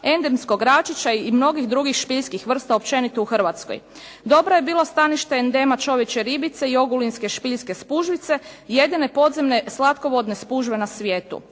endemskog račića i mnogih drugih špiljskih vrsta općenito u Hrvatskoj. Dobro je bilo stanište endema čovječje ribice i ogulinske špiljske spužvice jedine podzemne slatkovodne spužve na svijetu.